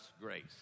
grace